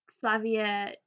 Flavia